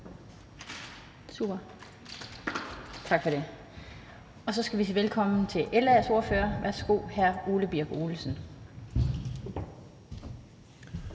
lige spritte af, og så skal vi sige velkommen til LA's ordfører. Værsgo, hr. Ole Birk Olesen.